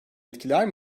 etkiler